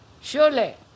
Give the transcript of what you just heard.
surely